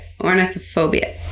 Ornithophobia